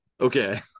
Okay